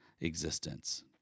existence